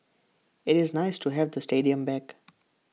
IT is nice to have the stadium back